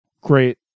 Great